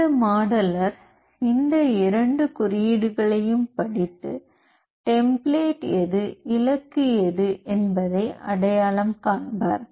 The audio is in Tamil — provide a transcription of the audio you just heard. அந்த மாடலர் இந்த இரண்டு குறியீடுகளையும் படித்து டெம்ப்ளேட் எது இலக்கு எது என்பதை அடையாளம் காண்பார்